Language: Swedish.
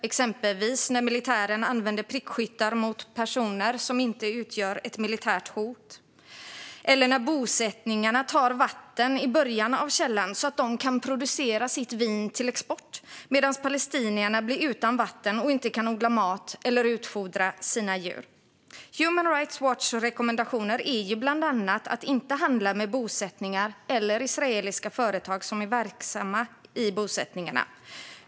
Exempel på sådana är när militären använder prickskyttar mot personer som inte utgör ett militärt hot eller när bosättningarna tar vatten i början av källan så att de kan producera sitt vin till export medan palestinierna blir utan vatten och inte kan odla mat eller utfodra sina djur. Human Rights Watchs rekommendationer är bland annat att inte handla med bosättningar eller israeliska företag som är verksamma i bosättningar.